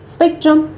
Spectrum